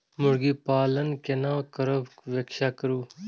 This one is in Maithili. मुर्गी पालन केना करब व्याख्या करु?